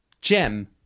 Gem